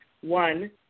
One